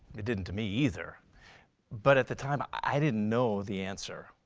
it didn't to me either but at the time i didn't know the answer.